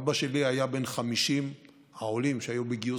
אבא שלי היה בין 50 העולים שהיו בגיוס